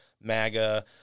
MAGA